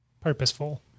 purposeful